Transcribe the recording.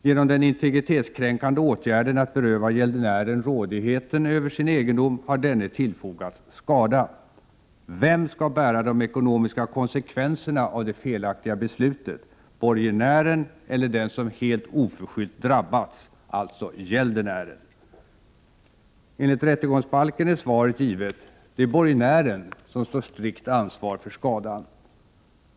Genom den integritetskränkande åtgärden att beröva gäldenären rådigheten över sin egendom har denne tillfogats skada. Vem skall bära de ekonomiska konsekvenserna av det felaktiga beslutet, borgenären eller den som helt oförskyllt drabbats, alltså gäldenären? Enligt rättegångsbalken är svaret givet. Det är borgenären som står strikt ansvar för skadan.